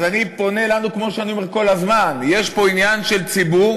אז כמו שאני אומר כל הזמן: יש פה עניין של ציבור